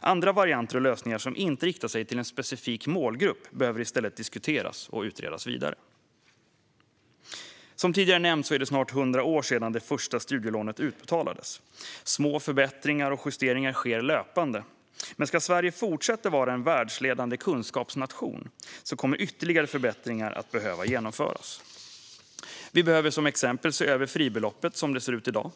Andra varianter och lösningar som inte riktar sig till en specifik målgrupp behöver i stället diskuteras och utredas vidare. Som tidigare nämnts är det snart 100 år sedan det första studielånet utbetalades. Små förbättringar och justeringar sker löpande, men om Sverige ska fortsätta att vara en världsledande kunskapsnation kommer ytterligare förbättringar att behöva genomföras. Vi behöver till exempel se över fribeloppet som det ser ut i dag.